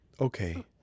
Okay